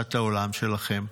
בתפיסת העולם שלכם,